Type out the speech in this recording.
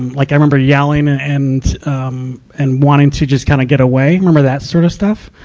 like, i remember yelling and, um, and wanting to just kind of get away, remember that sort of stuff.